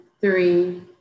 three